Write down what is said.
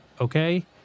okay